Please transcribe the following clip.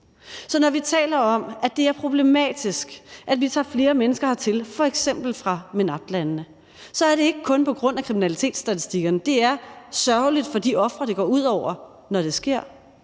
Så når vi taler om, at det er problematisk, at vi tager flere mennesker hertil, f.eks. fra MENAPT-landene, så er det ikke kun på grund af kriminalitetsstatistikkerne. Det er sørgeligt for de ofre, det går ud over, når det sker.